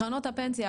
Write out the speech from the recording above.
קרנות הפנסיה,